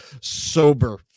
sober